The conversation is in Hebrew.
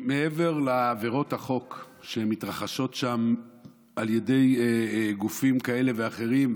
מעבר לעבירות החוק שמתרחשות שם על ידי גופים כאלה ואחרים,